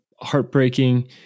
Heartbreaking